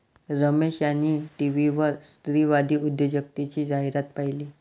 रमेश यांनी टीव्हीवर स्त्रीवादी उद्योजकतेची जाहिरात पाहिली